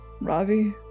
Ravi